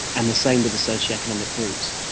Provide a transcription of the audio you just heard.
and the same with the socio-economic groups.